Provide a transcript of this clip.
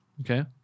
Okay